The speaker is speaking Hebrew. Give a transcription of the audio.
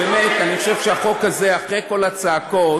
באמת, אני חושב שהחוק הזה, אחרי כל הצעקות,